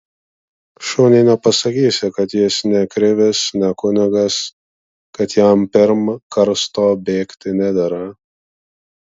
šuniui nepasakysi kad jis ne krivis ne kunigas kad jam pirm karsto bėgti nedera